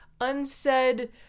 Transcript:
unsaid